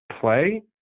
play